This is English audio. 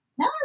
No